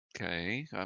Okay